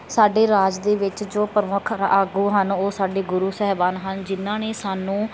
ਸਾਡੇ ਰਾਜ ਦੇ ਵਿੱਚ ਜੋ ਪ੍ਰਮੁੱਖ ਆਗੂ ਹਨ ਉਹ ਸਾਡੇ ਗੁਰੂ ਸਾਹਿਬਾਨ ਹਨ ਜਿਨ੍ਹਾਂ ਨੇ ਸਾਨੂੰ